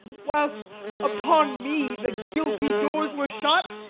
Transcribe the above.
whilst upon me the guilty doors were shut,